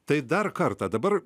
tai dar kartą dabar